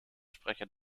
sprecher